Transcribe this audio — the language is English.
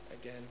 again